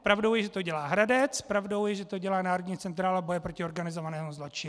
Pravdou je, že to dělá Hradec, pravdou je, že to dělá Národní centrála boje proti organizovanému zločinu.